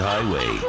Highway